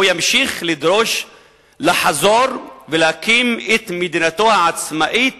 והוא ימשיך לחזור ולהקים את מדינתו העצמאית